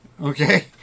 okay